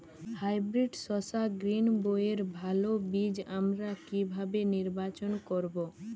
Hybrid শসা গ্রীনবইয়ের ভালো বীজ আমরা কিভাবে নির্বাচন করব?